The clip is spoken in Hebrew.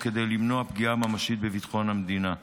כדי למנוע פגיעה ממשית בביטחון המדינה.